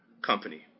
company